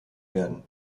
werden